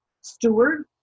steward